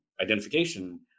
identification